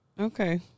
Okay